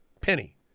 Penny